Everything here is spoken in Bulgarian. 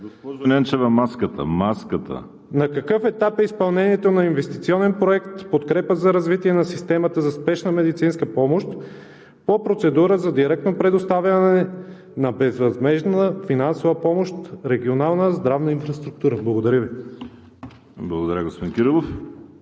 господин Министър, на какъв етап е изпълнението на инвестиционен проект в подкрепа за развитие на системата за спешна медицинска помощ по процедура за директно предоставяне на безвъзмездна финансова помощ за регионална здравна инфраструктура? Благодаря Ви. ПРЕДСЕДАТЕЛ ВАЛЕРИ